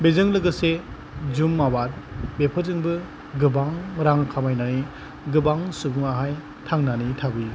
बेजों लोगोसे जुम आबाद बेफोरजोंबो गोबां रां खामायनाय गोबां सुबुङाहाय थांनानै थायो